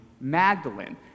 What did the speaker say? Magdalene